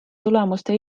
tulemuste